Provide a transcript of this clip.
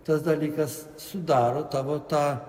tas dalykas sudaro tavo tą